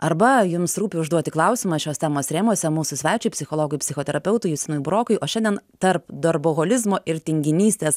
arba jums rūpi užduoti klausimą šios temos rėmuose mūsų svečiui psichologui psichoterapeutui justinui burokui o šiandien tarp darboholizmo ir tinginystės